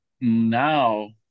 now